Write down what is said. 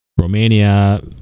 Romania